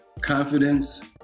confidence